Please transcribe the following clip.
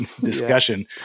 discussion